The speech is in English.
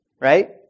Right